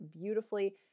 beautifully